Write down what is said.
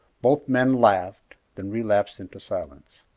both men laughed, then relapsed into silence.